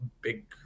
big